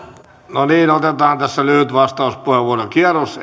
no niin otetaan tässä lyhyt vastauspuheenvuorokierros